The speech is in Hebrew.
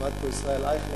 ועמד פה ישראל אייכלר,